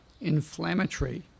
inflammatory